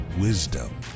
wisdom